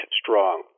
strong